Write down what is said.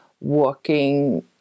walking